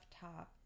top